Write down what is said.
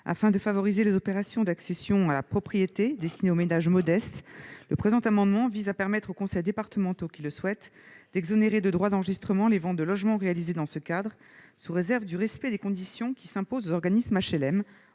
Afin de favoriser les opérations d'accession à la propriété destinées aux ménages modestes, le présent amendement vise à permettre aux conseils départementaux qui le souhaiteront d'exonérer de droits d'enregistrement les ventes de logements réalisées dans ce cadre, sous réserve du respect des conditions qui s'imposent aux organismes d'HLM